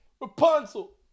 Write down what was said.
Rapunzel